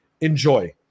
Enjoy